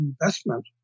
investment